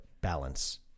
balance